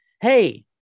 hey